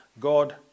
God